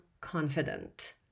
confident